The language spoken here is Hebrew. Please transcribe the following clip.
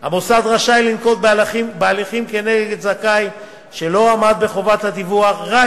המוסד רשאי לנקוט הליכים נגד זכאי שלא עמד בחובות הדיווח רק